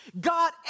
God